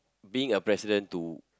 being a president to